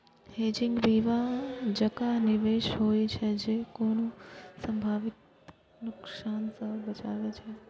hedging बीमा जकां निवेश होइ छै, जे कोनो संभावित नुकसान सं बचाबै छै